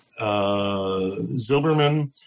Zilberman